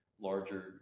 larger